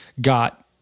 got